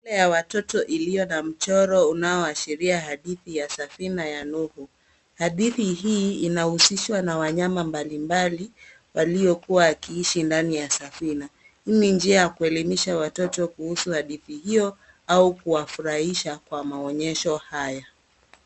Shule ya watoto iliyo na mchoro unaoashiria safina ya Nuhu. Hadithi hii inahusishwa na wanyama mbali mbali waliokuwa wakiishi ndani ya safina. Hii ni njia ya kuelimisha watoto kuhusu hadi hiyo au kuwafurahisha kwa maonyesho haya.